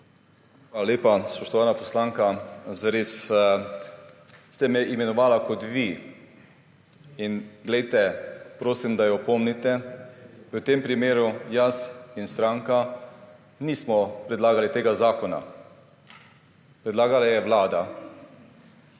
Hvala lepa. Spoštovana poslanka, zares ste me imenovali kot vi. In glejte, prosim, da jo opomnite. V tem primeru jaz in stranka nismo predlagali tega zakona. Predlagala ga je vlada.